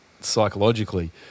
psychologically